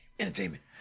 Entertainment